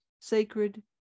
sacred